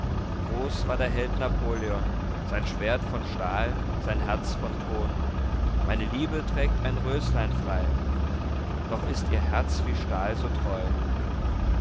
groß war der held napoleon sein schwert von stahl sein herz von ton meine liebe trägt ein röslein frei doch ist ihr herz wie stahl so treu